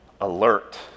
alert